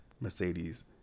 Mercedes